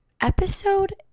episode